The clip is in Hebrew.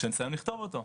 כשנסיים לכתוב אותו.